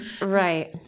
Right